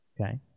Okay